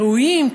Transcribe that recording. ראויים,